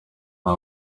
nta